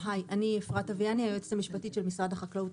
אני היועצת המשפטית של משרד החקלאות.